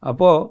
Apo